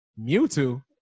Mewtwo